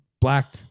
black